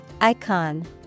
Icon